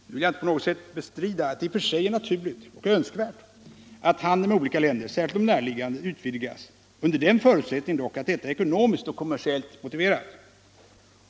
Nu vill jag inte på något sätt bestrida att det i och för sig är naturligt — och önskvärt — att handeln med olika länder, särskilt de näraliggande, utvidgas, under den förutsättningen dock att detta är ekonomiskt och kommersiellt motiverat.